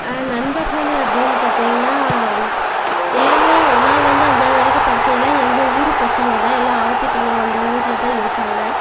நண்பர்கள் அப்படினு பார்த்திங்கன்னா எல்லாமே ஒன்னாவதில் இருந்து அஞ்சாவது வரைக்கும் படிச்சது எல்லாம் எங்கள் ஊரு பசங்க தான் எல்லா ஆவத்திபாளையம் அந்த ஊரில் தான் இருக்காங்கள்